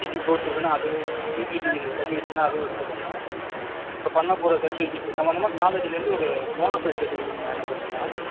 UG course எதுனா அது UG degree சர்டிஃபிகேட்டுனா அதுவும் எடுத்துக்கோங்க இப்போ பண்ண போகிற சர்டிஃபிகேட் சம்மந்தமா காலேஜிலேருந்து ஒரு போனஃபைடு சர்டிஃபிகேட் ஒன்று வாங்கிட்டு வந்துடுங்கம்மா